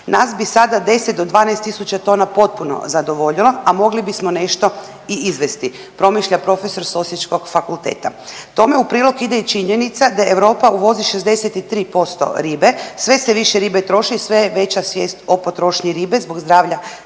Nas bi sada 10 do 12.000 tona potpuno zadovoljilo, a mogli bismo nešto i izvjesti, promišlja profesor s osječkog fakulteta. Tome u prilog ide i činjenica da Europa uvozi 63% ribe, sve se više ribe troši i sve je veća svijest o potrošnji ribe zbog zdravlja